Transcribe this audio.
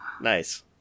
Nice